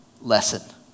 lesson